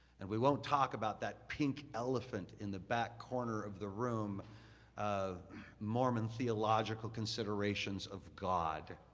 and we won't talk about that pink elephant in the back corner of the room of mormon theological considerations of god,